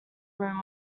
room